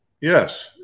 Yes